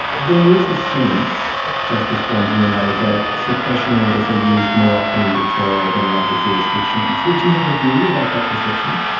there is a sense, justice bongiorno, that suppression orders are ah used more often in victoria than in other jurisdictions. do you have a view about that perception?